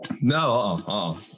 No